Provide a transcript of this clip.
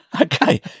Okay